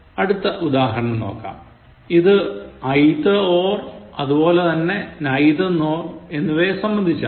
അടുത്ത ഉദാഹരണം നോക്കാം ഇത് either or അതുപോലെ തന്നെ neither nor എന്നിവയെ സംബന്ധിച്ചാണ്